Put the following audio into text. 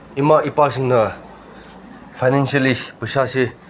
ꯏꯃꯥ ꯏꯄꯥꯁꯤꯡꯅ ꯐꯥꯏꯅꯦꯟꯁꯤꯌꯦꯜꯂꯤ ꯄꯩꯁꯥꯁꯤ